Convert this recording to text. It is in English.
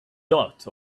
dot